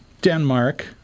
Denmark